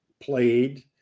played